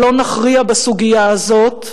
אבל לא נכריע בסוגיה הזאת,